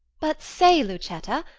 but say, lucetta,